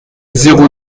zéro